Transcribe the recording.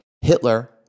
Hitler